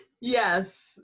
yes